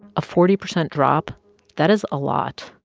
a forty percent drop that is a lot.